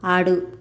ఆడు